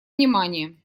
внимание